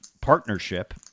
partnership